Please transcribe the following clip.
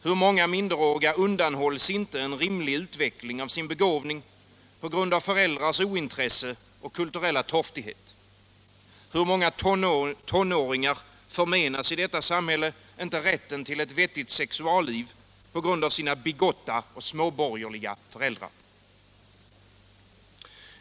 Hur många undanhålls inte en rimlig utveckling av sin begåvning på grund av föräldrars ointresse och kulturella torftighet? Hur många tonåringar förmenas inte i detta samhälle rätten till ett vettigt sexualliv på grund av sina bigotta och småborgerliga föräldrar?